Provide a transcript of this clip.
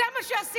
זה מה שעשיתי.